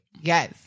Yes